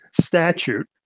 statute